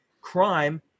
Crime